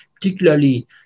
particularly